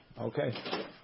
Okay